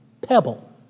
pebble